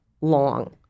long